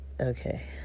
okay